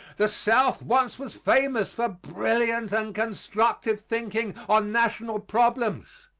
the south once was famous for brilliant and constructive thinking on national problems,